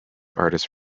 artists